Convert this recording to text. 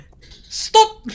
Stop